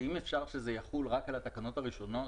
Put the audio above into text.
אם אפשר שזה יחול רק על התקנות הראשונות